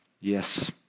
Yes